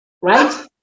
right